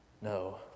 no